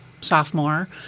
sophomore